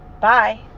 bye